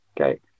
okay